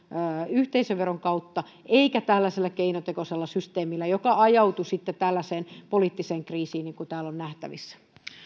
yhteisöveron kautta vaan tällaisella keinotekoisella systeemillä joka ajautui sitten tällaiseen poliittiseen kriisiin niin kuin täällä on nähtävissä